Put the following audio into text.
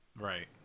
right